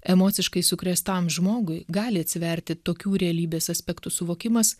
emociškai sukrėstam žmogui gali atsiverti tokių realybės aspektų suvokimas